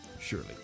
surely